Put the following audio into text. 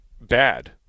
bad